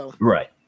Right